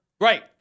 Right